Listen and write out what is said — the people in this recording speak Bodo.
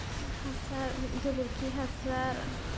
हासार गोबोरखि हासार